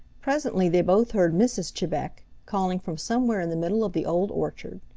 presently they both heard mrs. chebec calling from somewhere in the middle of the old orchard.